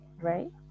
right